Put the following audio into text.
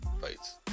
fights